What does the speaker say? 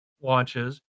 launches